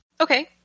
Okay